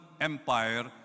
Empire